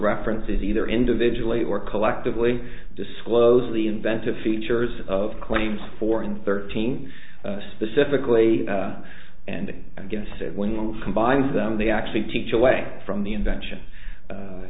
references either individually or collectively disclose the inventive features of claims for in thirteen specifically and against it when you combine them they actually teach away from the invention